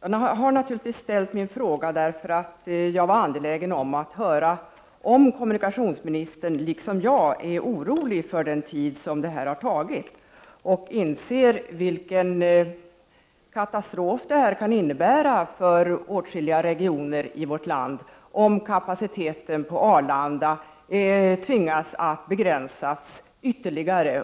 Jag har naturligtvis ställt min fråga på grund av att jag är angelägen om att få höra om kommunikationsministern liksom jag är orolig för den tid som detta har tagit och om han inser vilken katastrof det kan innebära för åtskilliga regioner i vårt land om man tvingas begränsa kapaciteten på Arlanda ytterligare.